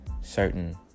certain